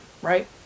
right